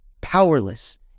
powerless